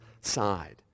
side